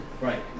Right